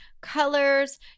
colors